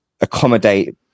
accommodate